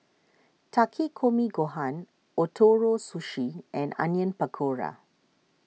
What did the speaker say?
Takikomi Gohan Ootoro Sushi and Onion Pakora